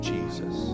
Jesus